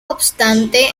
obstante